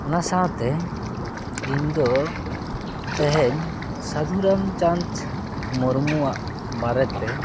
ᱚᱱᱟ ᱥᱟᱶᱛᱮ ᱤᱧ ᱫᱚ ᱛᱮᱦᱮᱧ ᱥᱟᱫᱷᱩ ᱨᱟᱢᱪᱟᱸᱫᱽ ᱢᱩᱨᱢᱩᱣᱟᱜ ᱵᱟᱨᱮ ᱛᱮ